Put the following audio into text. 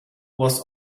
was